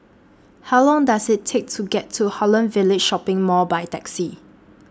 How Long Does IT Take to get to Holland Village Shopping Mall By Taxi